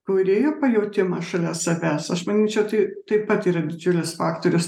kūrėjo pajautimą šalia savęs aš manyčiau tai taip pat yra didžiulis faktorius